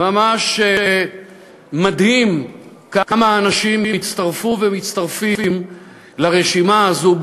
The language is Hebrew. ממש מדהים כמה אנשים הצטרפו ומצטרפים לרשימה הזאת,